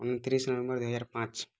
ଅଣତିରିଶି ନଭେମ୍ବର ଦୁଇ ହଜାର ପାଞ୍ଚ